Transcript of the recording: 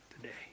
today